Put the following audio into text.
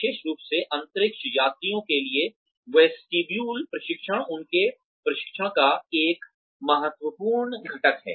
विशेष रूप से अंतरिक्ष यात्रियों के लिए वेस्टिब्यूल प्रशिक्षण उनके प्रशिक्षण का एक महत्वपूर्ण घटक है